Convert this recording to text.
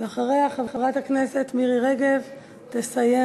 אחריה, חברת הכנסת מירי רגב תסיים